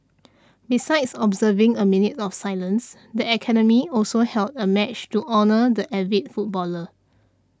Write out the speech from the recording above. besides observing a minute of silence the academy also held a match to honour the avid footballer